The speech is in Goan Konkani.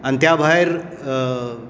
आनी त्या भायर